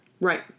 Right